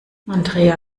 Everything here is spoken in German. andrea